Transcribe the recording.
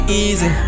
easy